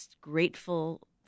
grateful